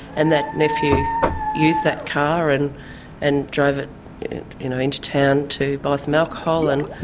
and that nephew used that car and and drove it you know into town to buy some alcohol and